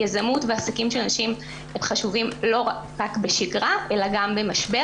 יזמות ועסקים של נשים הם חשובים לא רק בשגרה אלא גם במשבר